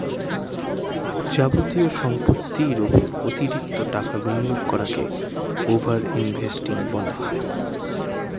যাবতীয় সম্পত্তির উপর অতিরিক্ত টাকা বিনিয়োগ করাকে ওভার ইনভেস্টিং বলে